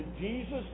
Jesus